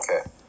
Okay